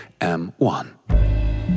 M1